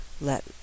let